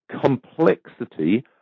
complexity